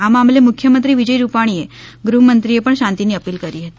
આ મામલે મુખ્યમંત્રી વિજય રૂપાણી ગૃહ્મંત્રીએ પણ શાંતિની અપિલ કરી હતી